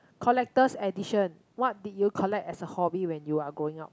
collector's edition what did you collect as a hobby when you are growing up